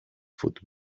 foot